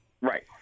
Right